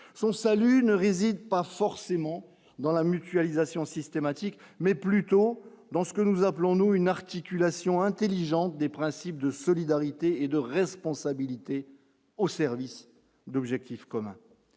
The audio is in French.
son salut ne réside pas forcément dans la mutualisation systématique mais plutôt dans ce que nous appelons, nous, une articulation intelligente des principes de solidarité et de responsabilité au service d'objectifs communs,